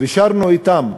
ושרנו אתם.